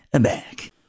back